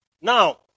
Now